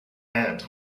end